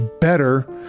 better